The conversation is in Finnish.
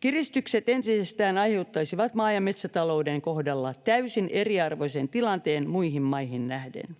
Kiristykset entisestään aiheuttaisivat maa- ja metsätalouden kohdalla täysin eriarvoisen tilanteen muihin maihin nähden.